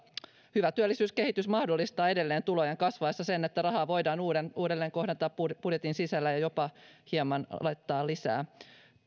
hyvä työllisyyskehitys mahdollistaa edelleen tulojen kasvaessa sen että rahaa voidaan uudelleenkohdentaa budjetin sisällä ja jopa laittaa hieman lisää